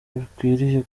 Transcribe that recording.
bakwiriye